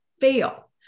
fail